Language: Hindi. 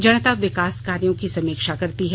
जनता विकास कार्यों की समीक्षा करती है